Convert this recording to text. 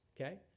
okay